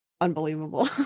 Unbelievable